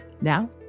Now